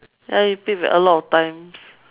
ya you repeat very a lot of times